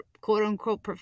quote-unquote